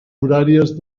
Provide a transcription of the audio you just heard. horàries